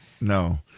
No